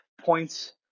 points